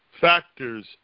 factors